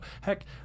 Heck